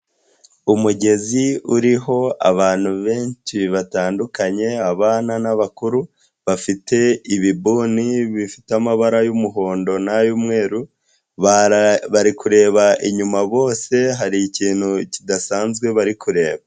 Umugezi uriho abantu benshi batandukanye abana n'abakuru bafite ibibuni bifite amabara y'umuhondo n'ayumweru, bari kureba inyuma bose hari ikintu kidasanzwe bari kureba.